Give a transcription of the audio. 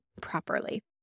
properly